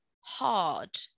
hard